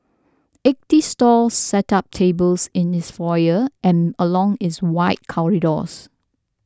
eighty stalls set up tables in its foyer and along its wide corridors